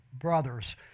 brothers